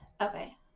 okay